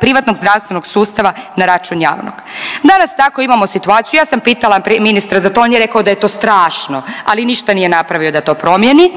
privatnog zdravstvenog sustava na račun javnog. Danas tako imamo situaciju, ja sam pitala ministra za to, on je rekao da je to strašno, ali ništa nije napravio da to promjeni.